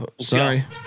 Sorry